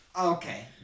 Okay